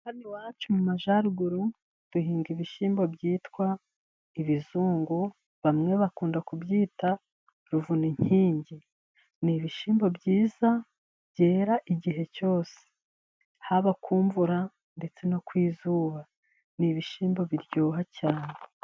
Hano iwacu mu majyaruguru duhinga ibishyimbo byitwa ibizungu. Bamwe bakunda kubyita Ruvuninkingi. Ni ibishyimbo byiza, byera igihe cyose. Haba ku mvura ndetse no ku izuba n'ibishyimbo biryoha cyane.